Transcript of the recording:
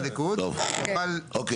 ליכוד יוכל?